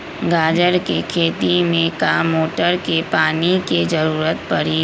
गाजर के खेती में का मोटर के पानी के ज़रूरत परी?